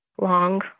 long